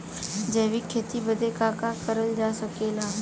जैविक खेती बदे का का करल जा सकेला?